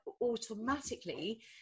automatically